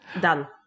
done